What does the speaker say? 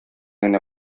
генә